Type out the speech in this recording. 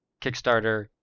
kickstarter